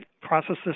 processes